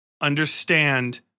understand